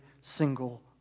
single